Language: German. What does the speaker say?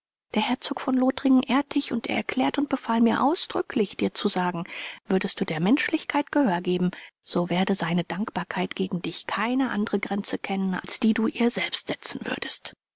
der herzog von lothringen ehrt dich und er erklärte und befahl mir ausdrücklich dir zu sagen würdest du der menschlichkeit gehör geben so werde seine dankbarkeit gegen dich keine andere grenze kennen als die du ihr selbst setzen würdest